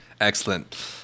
Excellent